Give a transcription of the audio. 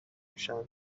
پوشن